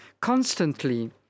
constantly